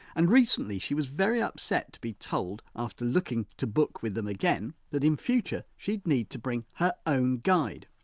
and recently she was very upset to be told, after looking to book with them again, that in future she'd need to bring her own guide.